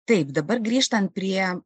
taip dabar grįžtant prie